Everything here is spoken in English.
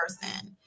person